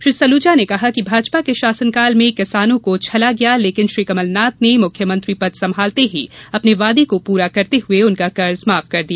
श्री सलूजा ने कहा कि भाजपा के शासनकाल में किसानों को छला गया लेकिन श्री कमलनाथ ने मुख्यमंत्री पद संमालते ही अपने वादे को पूरा करते हुआ उनका कर्ज माफ कर दिया